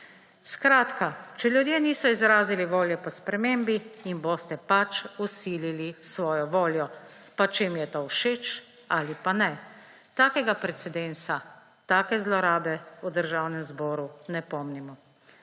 Skratka, če ljudje niso izrazili volje po spremembi, jim boste pač vsilili svojo voljo, pa če jim je to všeč ali pa ne. Takega precedensa take zlorabe v Državnem zboru ne pomnimo.